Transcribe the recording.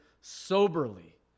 soberly